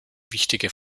wichtige